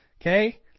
Okay